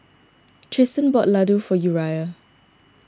Triston bought Ladoo for Uriah